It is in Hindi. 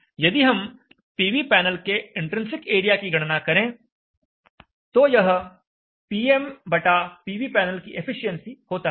यदि हम पीवी पैनल के इंट्रिन्सिक एरिया की गणना करें तो यह Pm बटा पीवी पैनल की एफिशिएंसी होता है